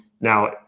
Now